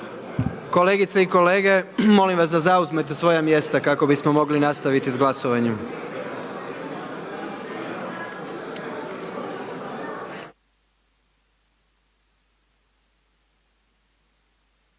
zastupnice i zastupnike da zauzmu svoja mjesta kako bismo mogli nastaviti sa glasovanjem.